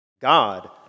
God